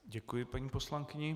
Děkuji paní poslankyni.